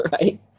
Right